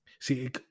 See